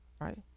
Right